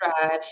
Drive